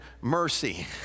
mercy